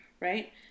Right